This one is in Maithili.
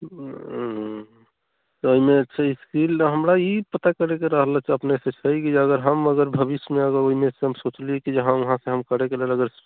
तऽ एहिमे छै स्किल हमरा ई पता करैके रहलै छल अपनेसँ कि हम अगर भविष्यमे अगर ओहिमेसँ हम सोचलिए कि हाँ हम वहाँसँ करैके लेल अगर